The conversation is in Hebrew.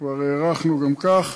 כבר הארכנו גם כך: